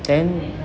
then